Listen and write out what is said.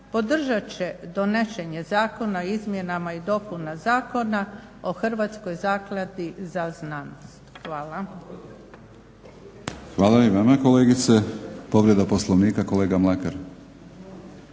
podržat će donošenje Zakona o izmjenama i dopuna Zakona o Hrvatskoj zakladi za znanost. Hvala. **Batinić, Milorad (HNS)** Hvala i vama kolegice. Povreda Poslovnika kolega Mlakar.